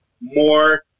more